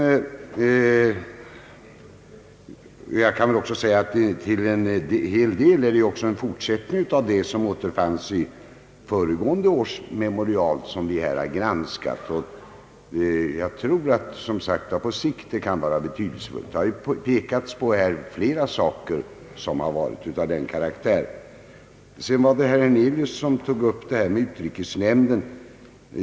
Till en del är också detta memorial en fortsättning av vad som återfanns i föregående års memorial, och jag tror som sagt att det på sikt kan vara betydelsefullt. Här har pekats på flera saker som varit av den karaktären. Herr Hernelius tog upp frågan om utrikesnämnden.